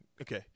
okay